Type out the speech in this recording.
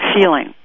feeling